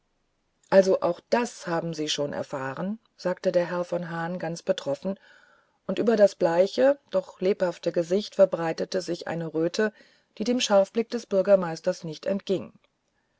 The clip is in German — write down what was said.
also auch das schon haben sie erfahren sagte der herr von hahn ganz betroffen und über das bleiche doch lebhafte gesicht verbreitete sich eine röte die dem scharfblick des bürgermeisters nicht